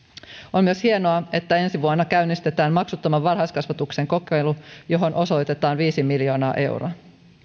on myös hienoa että ensi vuonna käynnistetään maksuttoman varhaiskasvatuksen kokeilu johon osoitetaan viisi miljoonaa euroa